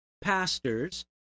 pastors